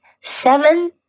seven